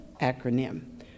acronym